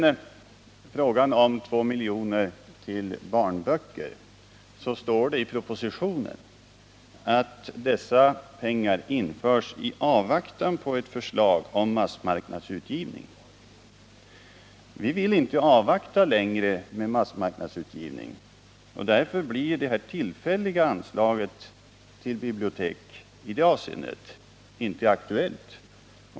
Beträffande frågan om 2 milj.kr. till barnböcker är att märka att det ju står i propositionen att dessa pengar anslås i avvaktan på ett förslag om massmarknadsutgivning. Vi vill inte vänta längre på massmarknadsutgivningen och därför blir det här tillfälliga anslaget till bibliotek inte aktuellt.